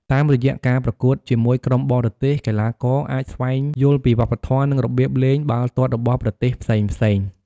តាមរយៈការប្រកួតជាមួយក្រុមបរទេស កីឡាករអាចស្វែងយល់ពីវប្បធម៌ និងរបៀបលេងបាល់ទាត់របស់ប្រទេសផ្សេងៗ។